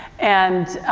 and,